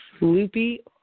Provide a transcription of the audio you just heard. loopy